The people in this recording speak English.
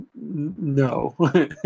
No